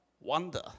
Wonder